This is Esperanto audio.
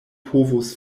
povos